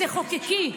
תחוקקי.